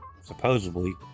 supposedly